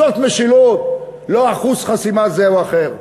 זאת משילות, לא אחוז זה או אחר.